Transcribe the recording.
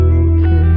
okay